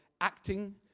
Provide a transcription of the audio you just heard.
acting